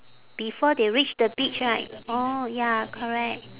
before they reach the beach right orh ya correct